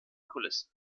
kulissen